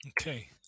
Okay